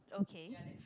okay